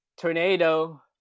tornado